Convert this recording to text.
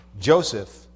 Joseph